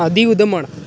Diu Daman